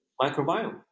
microbiome